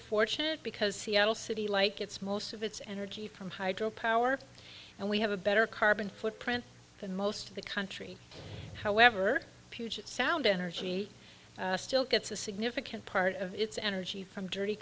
fortunate because seattle city like its most of its energy from hydro power and we have a better carbon footprint than most of the country however puget sound energy still gets a significant part of its energy from dirty